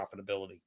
profitability